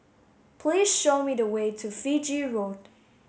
please show me the way to Fiji Road